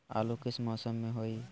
आलू किस मौसम में होई?